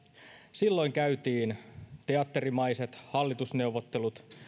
silloin käytiin teatterimaiset hallitusneuvottelut